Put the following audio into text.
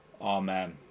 amen